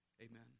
amen